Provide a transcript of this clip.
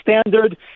standard